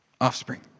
offspring